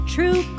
True